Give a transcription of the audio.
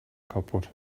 kaputt